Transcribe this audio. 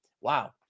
Wow